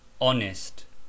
Honest